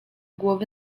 głowy